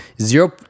Zero